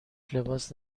لباس